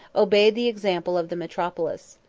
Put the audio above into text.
obeyed the example of the metropolis.